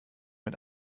mit